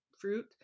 fruit